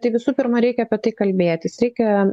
tai visų pirma reikia apie tai kalbėtis reikia